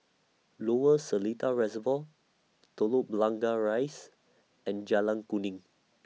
Lower Seletar Reservoir Telok Blangah Rise and Jalan Kuning